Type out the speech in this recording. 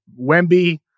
Wemby